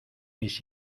mis